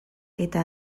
eta